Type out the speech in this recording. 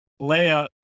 Leia